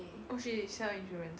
oh she sell insurance ah